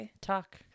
talk